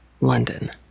London